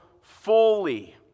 fully